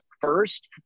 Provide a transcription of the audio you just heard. first